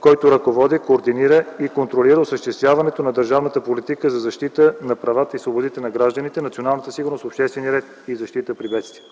който ръководи, координира и контролира осъществяването на държавната политика за защита на правата и свободите на гражданите, националната сигурност, обществения ред и защитата при бедствия.